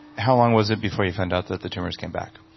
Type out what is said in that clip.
how long was it before you found out that the tumors came back?